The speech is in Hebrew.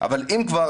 אבל אם כבר,